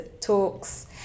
talks